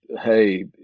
hey